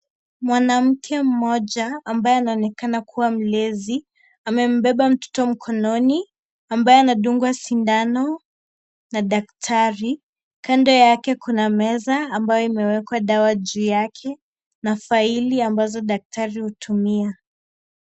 Mwanamke mmoja ambae anaonekana kua mlezi amembeba mtoto mkononi ambae anadungwa sindano na daktari kando yake kuna meza ambayo imewekwa dawa juu yake na faili ambazo daktari hutumia.